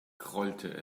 grollte